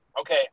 Okay